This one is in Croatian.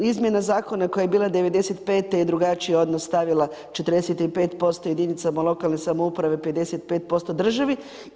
Izmjena zakona koja je bila '95. je drugačiji odnos stavila 45% jedinicama lokalne samouprave, 55% državi.